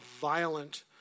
violent